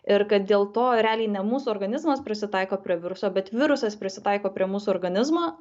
ir kad dėl to realiai ne mūsų organizmas prisitaiko prie viruso bet virusas prisitaiko prie mūsų organizmo